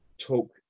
talk